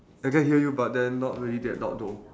I can hear you but then not really that loud though